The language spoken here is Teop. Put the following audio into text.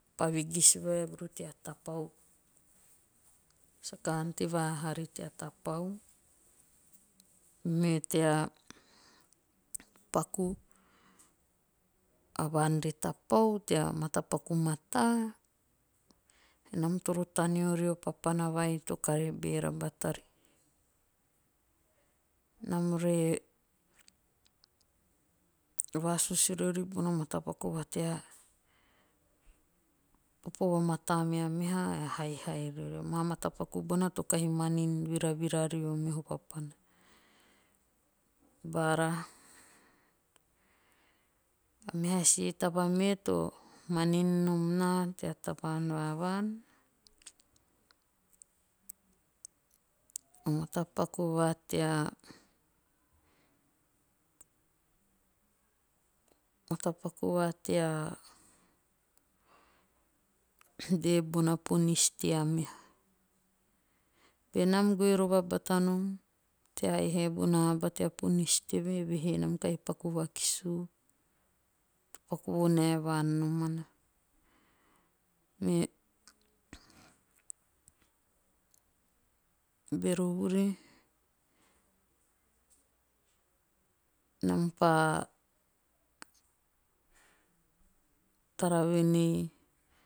Pa vigis vaevuru tea tapau. Saka ante vaha haari tea tapau. Me tea paku. a vaan re tapau tea matapaku mataa. nam oro taneo rio papana vai to kare beera bata maari. Nam re vasusu riori bono matapaku va tea popo vamatu mea meha ae haihai riori. Ama matapaku bona to kahi manin viravira rio meho papana. Bara a meha si taba me to manin nom naa. tea tavaan va vaan. o matapaku va tea dee bona ponis tea meha. Benam goe rova bata nom tea haihai a aba tea ponis teve. eve he nam kahi paku vakis u. to paku vonae vaen nomana. Me bero vuri. nam pa tara voen ei